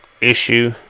issue